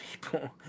people